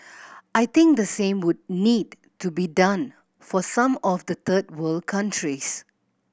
I think the same would need to be done for some of the third world countries